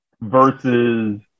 versus